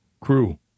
crew